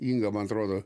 inga man atrodo